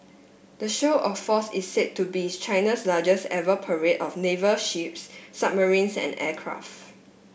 the show of force is said to be China's largest ever parade of naval ships submarines and aircraft